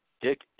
Dick